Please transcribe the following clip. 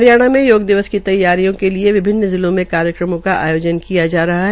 हरियाणा में योग दिवस की तैयारियों के विभिन्न जिलों में कार्यक्रम का आयोजन किया जा रहा है